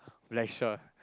blackshot